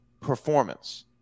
performance